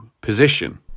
position